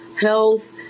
health